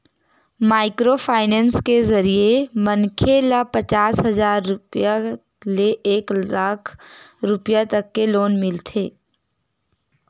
micro finance के जरिए मनखे ल पचास हजार ले एक लाख रूपिया तक के लोन मिलथे